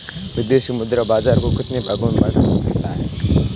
विदेशी मुद्रा बाजार को कितने भागों में बांटा जा सकता है?